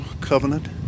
covenant